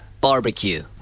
Barbecue